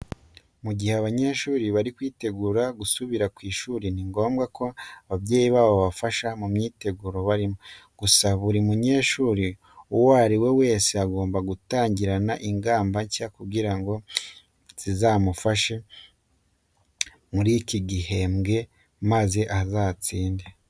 Mu gihe abanyeshuri bari kwitegura gusubira ku ishuri, ni ngombwa ko ababyeyi babo babafasha mu myiteguro barimo. Gusa buri munyeshuri uwo ari we wese agomba gutangirana ingamba nshya kugira ngo zizamufashe muri iki gihembwe maze azatsinde.